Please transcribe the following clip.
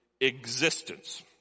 existence